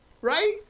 right